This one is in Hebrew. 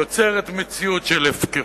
יוצרת מציאות של הפקרות.